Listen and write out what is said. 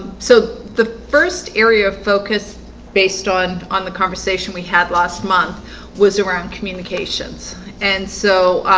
so the first area of focus based on on the conversation we had last month was around communications and so